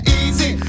easy